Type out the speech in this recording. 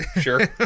Sure